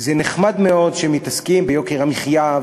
שזה נחמד מאוד שמתעסקים ביוקר המחיה,